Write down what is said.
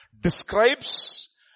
describes